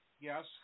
Yes